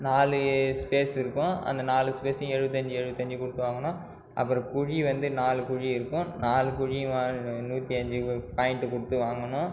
நாலு ஸ்பேஸ் இருக்கும் அந்த நாலு ஸ்பேஸையும் எழுபத்தி அஞ்சு எழுபத்தி அஞ்சு கொடுத்து வாங்கணும் அப்புறம் குழி வந்து நாலு குழி இருக்கும் நாலு குழியும் நூற்றியஞ்சி பாயிண்ட் கொடுத்து வாங்கணும்